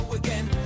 again